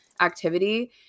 activity